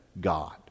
God